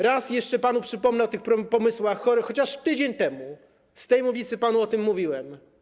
Raz jeszcze panu przypomnę o tych pomysłach, chociaż tydzień temu z tej mównicy panu o tym mówiłem.